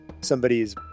Somebody's